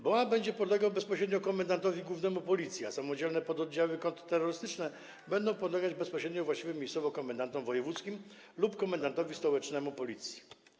BOA będzie podlegał bezpośrednio komendantowi głównemu Policji, a samodzielne pododdziały kontrterrorystyczne będą podlegać bezpośrednio właściwym miejscowo komendantom wojewódzkim lub komendantowi stołecznemu Policji.